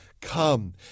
Come